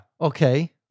Okay